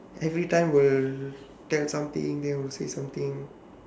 every time will tell something then will say something